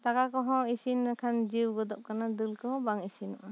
ᱫᱟᱠᱟ ᱠᱚᱦᱚᱸ ᱤᱥᱤᱱ ᱞᱮᱱ ᱠᱷᱟᱱ ᱡᱟᱹᱣ ᱜᱚᱫᱚᱜ ᱠᱟᱱᱟ ᱫᱟᱹᱞ ᱠᱚ ᱵᱟᱝ ᱤᱥᱤᱱᱚᱜ ᱟ